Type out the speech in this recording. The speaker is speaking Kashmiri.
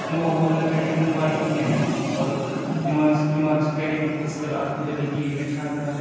تِمو ووٚن نہٕ مےٚ چھَنہٕ پَے کِہیٖنۍ نہٕ مطلب تِمَن سۭتۍ تِمَن سۭتۍ کَرے مےٚ پِرٛژھٕ گٲر اَتھ مُتعلق کہ ییٚتٮ۪ن چھےٚ کانٛہہ